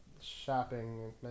shopping